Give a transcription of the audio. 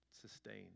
sustained